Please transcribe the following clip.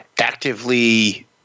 Actively